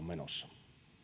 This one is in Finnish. menossa